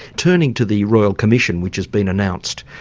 turning to the royal commission, which has been announced,